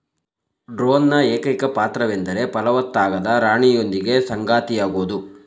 ಡ್ರೋನ್ನ ಏಕೈಕ ಪಾತ್ರವೆಂದರೆ ಫಲವತ್ತಾಗದ ರಾಣಿಯೊಂದಿಗೆ ಸಂಗಾತಿಯಾಗೋದು